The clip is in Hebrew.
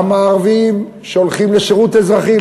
גם הערבים שהולכים לשירות אזרחי,